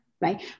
right